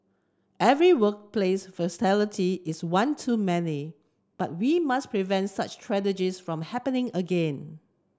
every workplace fatality is one too many and we must prevent such tragedy from happening again